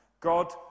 God